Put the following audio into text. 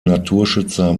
naturschützer